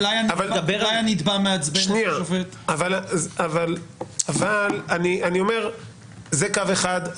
אני אומר שזה קו אחד.